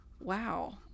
wow